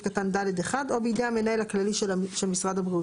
קטן (ד)(1) או בידי המנהל הכללי של משרד הבריאות,